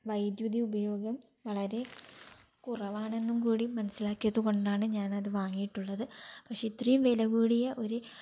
വൈദ്യുതി ഉപയോഗം വളരെ കുറവാണെന്നും കൂടി മനസിലാക്കിയതുകൊണ്ടാണ് ഞാനത് വാങ്ങിട്ടുള്ളത് പക്ഷേ ഇത്രയും വിലകൂടിയ ഒരു